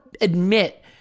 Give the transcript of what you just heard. admit